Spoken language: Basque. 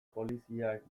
poliziak